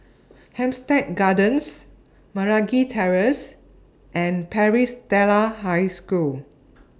Hampstead Gardens Meragi Terrace and Paris Stella High School